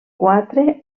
quatre